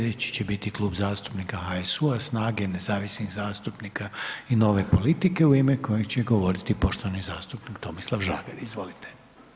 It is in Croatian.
Sljedeći će biti Kluba zastupnika HSU-a, SNAGA-e, nezavisnih zastupnika i Nove politike u ime kojeg će govoriti poštovani zastupnik Tomislav Žagar, izvolite.